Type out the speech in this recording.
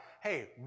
Hey